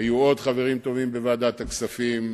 היו עוד חברים טובים בוועדת הכספים,